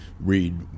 read